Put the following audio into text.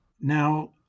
Now